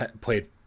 played